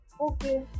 okay